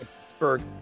Pittsburgh